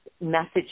message